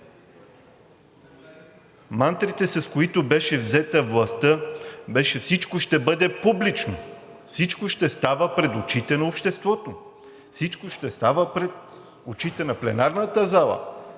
Мантрите, с които властта беше: всичко ще бъде публично, всичко ще става пред очите на обществото, всичко ще става пред очите на пленарната зала.